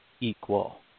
equal